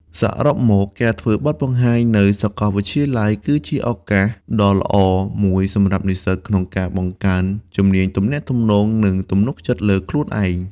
សរុបមក ការធ្វើបទបង្ហាញនៅសាកលវិទ្យាល័យគឺជាឱកាសដ៏ល្អមួយសម្រាប់និស្សិតក្នុងការបង្កើនជំនាញទំនាក់ទំនង និងទំនុកចិត្តលើខ្លួនឯង។